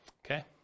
Okay